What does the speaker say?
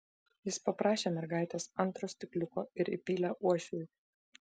jis paprašė mergaitės antro stikliuko ir įpylė uošviui